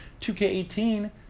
2K18